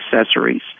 accessories